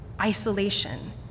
isolation